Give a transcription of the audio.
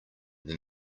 then